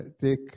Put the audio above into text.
Take